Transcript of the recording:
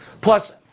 plus